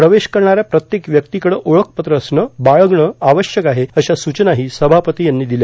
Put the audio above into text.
प्रवेश करणाऱ्या प्रत्येक व्यक्तीकडं ओळखपत्र असणं बाळगणं आवश्यक आहे अशा सूचनाही सभापती यांनी दिल्या